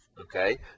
Okay